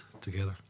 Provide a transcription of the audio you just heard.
together